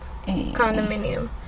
condominium